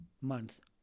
month